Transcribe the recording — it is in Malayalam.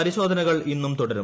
പരിശോധനകൾ ഇന്ന് തുടരും